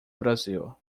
brasil